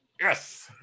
yes